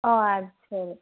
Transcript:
ഓ അത് ശരി